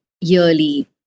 yearly